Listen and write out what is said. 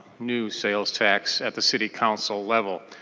new sales tax at the city council level.